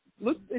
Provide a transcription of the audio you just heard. look